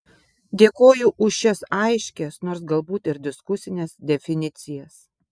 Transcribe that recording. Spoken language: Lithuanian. dėkoju už šias aiškias nors galbūt ir diskusines definicijas